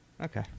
Okay